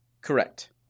Correct